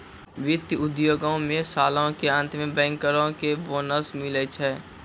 वित्त उद्योगो मे सालो के अंत मे बैंकरो के बोनस मिलै छै